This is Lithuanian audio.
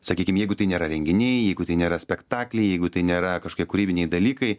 sakykim jeigu tai nėra renginiai jeigu tai nėra spektakliai jeigu tai nėra kažkokie kūrybiniai dalykai